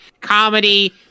comedy